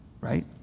right